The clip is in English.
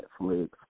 Netflix